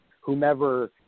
whomever